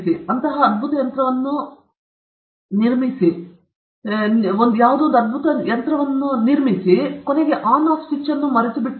ಅವರು ಅಂತಹ ಅದ್ಭುತ ಯಂತ್ರವನ್ನು ನಿರ್ಮಿಸಿದರು ಆದರೆ ಅವರು ಆನ್ ಆಫ್ ಸ್ವಿಚ್ ಅನ್ನು ಮರೆತುಬಿಟ್ಟರು